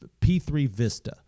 p3vista